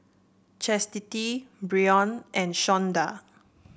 Chastity Brion and Shawnda